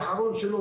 ביום האחרון שלו,